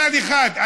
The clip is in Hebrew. מצד אחד,